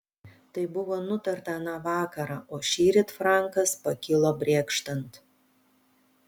tai buvo nutarta aną vakarą o šįryt frankas pakilo brėkštant